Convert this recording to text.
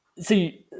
see